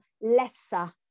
lesser